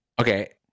Okay